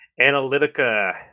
Analytica